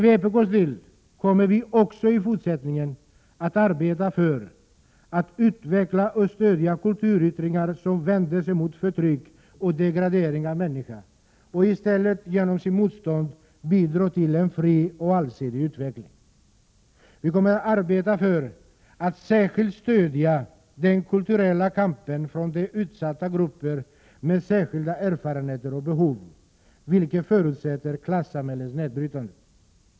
Vpk kommer också i fortsättningen att arbeta för att utveckla och stödja kulturyttringar som vänder sig mot förtryck och degradering av människan och som i stället genom sitt motstånd bidrar till en fri och allsidig utveckling. Vi kommer att särskilt stödja den kulturella kampen bland de utsatta grupper som har särskilda erfarenheter och behov, vilket förutsätter klassamhällets nedbrytande.